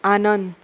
आनंद